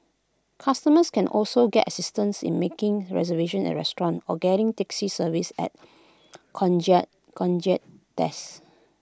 customers can also get assistance in making reservation at A restaurant or getting taxi service at the concierge concierge desk